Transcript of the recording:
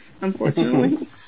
Unfortunately